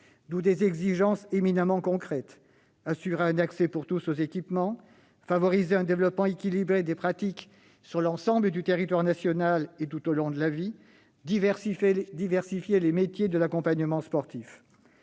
des exigences éminemment concrètes : assurer un accès pour tous aux équipements, favoriser un développement équilibré des pratiques sur l'ensemble du territoire national et tout au long de la vie, diversifier les métiers de l'accompagnement sportif.